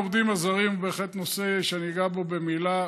נושא העובדים הזרים הוא בהחלט נושא שאני אגע בו במילה.